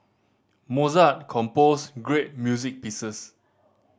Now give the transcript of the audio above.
Mozart composed great music pieces